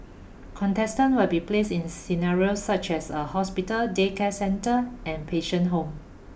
contestant will be placed in scenarios such as a hospital daycare centre and patient home